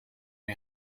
ari